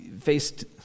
faced